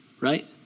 right